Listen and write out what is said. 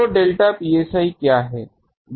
तो delta psi क्या है